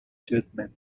judgment